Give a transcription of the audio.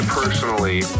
personally